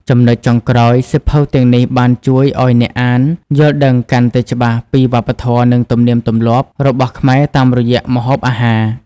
ចំណុចចុងក្រោយ សៀវភៅទាំងនេះបានជួយឲ្យអ្នកអាន យល់ដឹងកាន់តែច្បាស់ពីវប្បធម៌ និងទំនៀមទម្លាប់ របស់ខ្មែរតាមរយៈម្ហូបអាហារ។